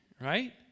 Right